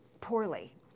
poorly